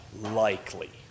Likely